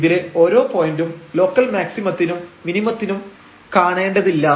ഇതിലെ ഓരോ പോയന്റും ലോക്കൽ മാക്സിമത്തിനും മിനിമത്തിനും കാണേണ്ടതില്ല